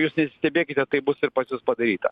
jūs nesistebėkite taip bus ir pas jus padaryta